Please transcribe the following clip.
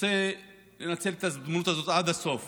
רוצה לנצל את ההזדמנות הזאת עד הסוף